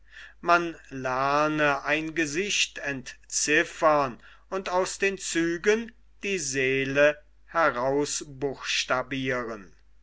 man lerne ein gesicht entziffern und aus den zügen die seele